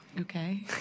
Okay